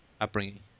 upbringing